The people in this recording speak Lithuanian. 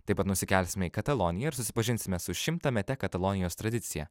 taip pat nusikelsime į kataloniją ir susipažinsime su šimtamete katalonijos tradicija